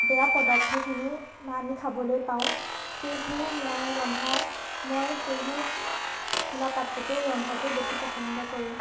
বেয়া পদাৰ্থখিনি আমি খাবলৈ পাওঁ সেয়েহে মই ৰন্ধা মই সেয়েহে খোলা পাত্ৰতেই ৰন্ধাটো বেছি পচণ্ড কৰোঁ